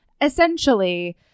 essentially